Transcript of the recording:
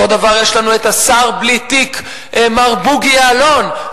אותו דבר יש לנו את השר בלי תיק מר בוגי יעלון,